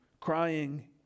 crying